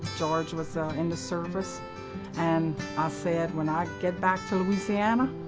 george was so in the service and i said when i get back to louisiana,